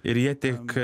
ir jie tik